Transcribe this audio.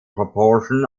proportion